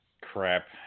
Crap